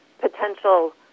potential